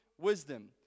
wisdom